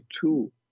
two